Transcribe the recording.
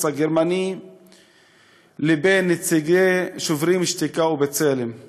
הגרמני לבין נציגי "שוברים שתיקה" ו"בצלם";